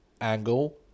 angle